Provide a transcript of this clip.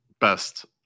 best